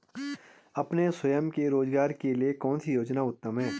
अपने स्वयं के रोज़गार के लिए कौनसी योजना उत्तम है?